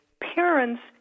parents